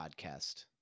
podcast